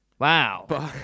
Wow